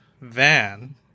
van